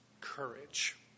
courage